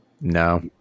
no